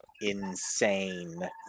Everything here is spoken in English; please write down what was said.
insane